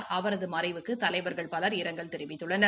் அவரது மறைவுக்கு தலைவர்கள் பலர் இரங்கல் தெரிவித்துள்ளனர்